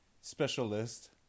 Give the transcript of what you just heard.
specialist